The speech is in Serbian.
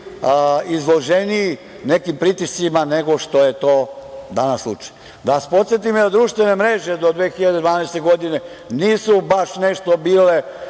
izloženiji nekim pritiscima nego što je to danas slučaj. Da vas podsetim i na društvene mreće do 2012. godine nisu baš nešto bili